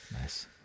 Nice